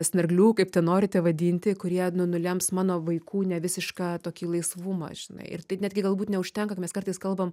snarglių kaip ten norite vadinti kurie nu nulems mano vaikų nevisišką tokį laisvumą žinai netgi galbūt neužtenka kad mes kartais kalbam